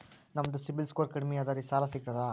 ನಮ್ದು CIBIL score ಕಡಿಮಿ ಅದರಿ ಸಾಲಾ ಸಿಗ್ತದ?